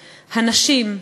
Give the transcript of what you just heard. הנשים,